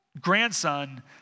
grandson